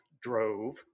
drove